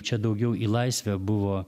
čia daugiau į laisvę buvo